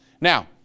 Now